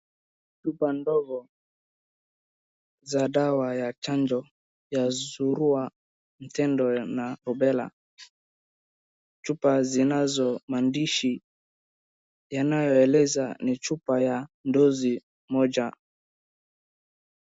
Chupa ndogo za dawa ya chanjo ya suruwa naRubella. Chupa yanayo na maandishi yanayoeleza ni chupa ya dozi moja.